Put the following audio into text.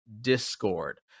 Discord